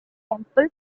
temple